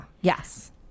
yes